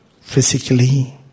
physically